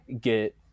get